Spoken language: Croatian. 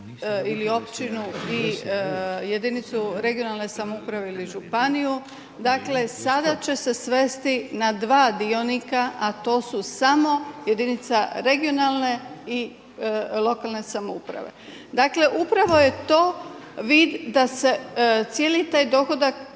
ili općinu i jedinicu regionalne samouprave ili županiju dakle sada će se svesti na dva dionika, a to su samo jedinica regionalne i lokalne samouprave. Dakle, upravo je to vid da se cijeli taj dohodak